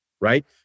right